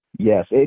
Yes